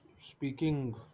speaking